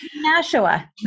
Nashua